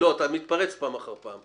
לא, אתה מתפרץ פעם אחר פעם.